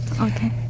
Okay